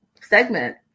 segment